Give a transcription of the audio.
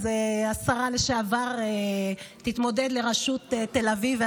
השרה לשעבר תתמודד לראשות עיריית תל אביב,